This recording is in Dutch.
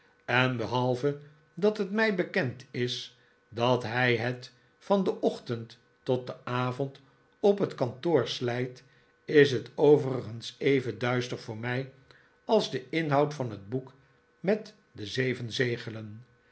en behalve dat het mij bekend is dat hij het van den ochtend tot den avond op het kantoor slijt is het overigens even duister voor mij als de inhoud van het boek met de zeven zegelen